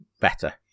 better